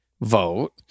vote